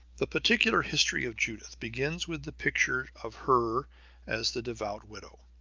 the particular history of judith begins with the picture of her as the devout widow.